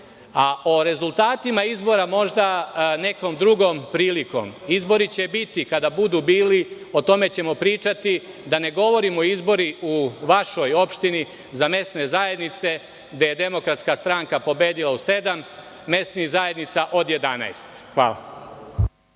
a o rezultatima izbora možda nekom drugom prilikom. Izbori će biti kada budu bili. O tome ćemo pričati. Da ne govorim o izborima u vašoj opštini, za mesne zajednice gde je DS pobedila u sedam mesnih zajednica od 11. Hvala.